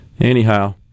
Anyhow